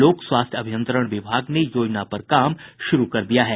लोक स्वास्थ्य अभियंत्रण विभाग ने योजना पर काम शुरू कर दिया है